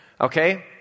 Okay